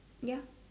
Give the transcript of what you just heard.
ya